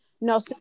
No